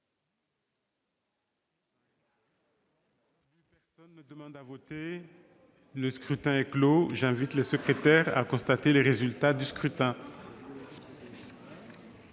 Personne ne demande plus à voter ?... Le scrutin est clos. J'invite Mmes et MM. les secrétaires à constater les résultats du scrutin.